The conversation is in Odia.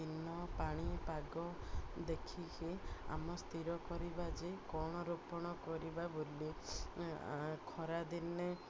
ଦିନ ପାଣିପାଗ ଦେଖିକି ଆମ ସ୍ଥିର କରିବା ଯେ କ'ଣ ରୋପଣ କରିବା ବୋଲି ଖରାଦିନେ